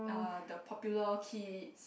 uh the popular kids